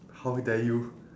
how dare you